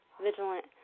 Vigilant